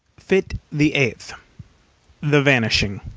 fit the eighth the vanishing